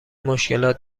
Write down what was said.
مشکلات